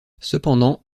cependant